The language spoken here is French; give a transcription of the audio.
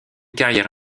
carrière